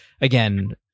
again